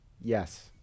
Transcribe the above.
Yes